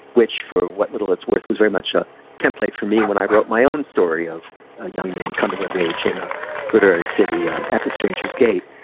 which, for what little it's worth, was very much a template for me when i wrote my own story of a young man coming of age in a literary city at the stranger's gate.